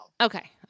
okay